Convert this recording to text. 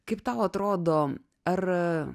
kaip tau atrodo ar